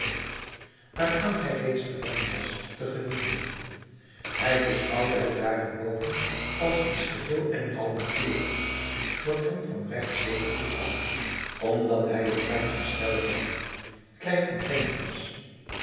waaraan hij reeds gewend was te genieten hij beschouwde het daarenboven als iets geheel en al natuurlijks dat hem van rechtswege toekwam omdat hij een fijn gestel had klein en tenger was